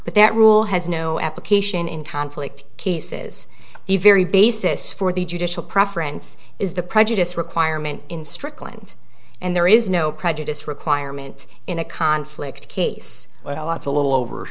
but that rule has no application in conflict cases the very basis for the judicial preference is the prejudice requirement in strickland and there is no prejudice requirement in a conflict case well lots a little over